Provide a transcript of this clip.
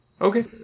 Okay